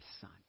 son